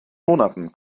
monaten